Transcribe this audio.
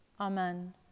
Amen